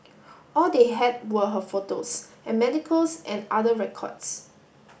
all they had were her photos and medicals and other records